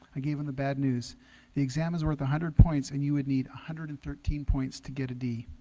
i gave him the bad news the exam is worth a hundred points and you would need one hundred and thirteen points to get a d